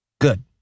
Good